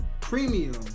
premium